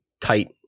tight